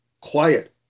quiet